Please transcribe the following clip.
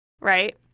right